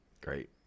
Great